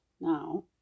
now